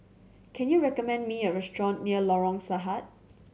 can you recommend me a restaurant near Lorong Sarhad